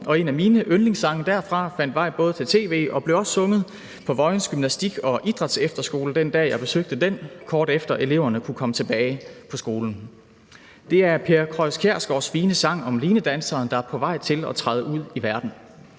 og en af mine yndlingssange derfra fandt både vej til tv og blev også sunget på Vojens Gymnastik- og Idrætsefterskole den dag, jeg besøgte den, kort efter at eleverne kunne komme tilbage på skolen. Det er Per Krøis Kjærsgaards fine sang om linedanseren, der er på vej til at træde ud i verden,